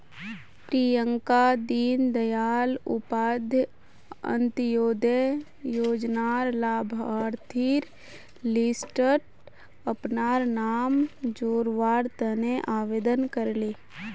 प्रियंका दीन दयाल उपाध्याय अंत्योदय योजनार लाभार्थिर लिस्टट अपनार नाम जोरावर तने आवेदन करले